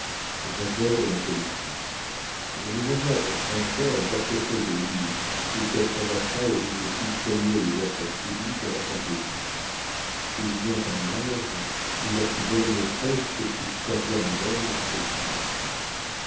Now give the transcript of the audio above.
j'aborde la politique je veux avoir dans cinq ans un portefeuille de ministre ou de quelque ambassade d'où je puisse remuer les affaires publiques à ma fantaisie il vient un âge où la plus belle maîtresse que puisse servir un homme est sa nation